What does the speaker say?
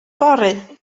yfory